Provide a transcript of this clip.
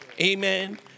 Amen